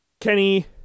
Kenny